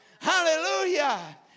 Hallelujah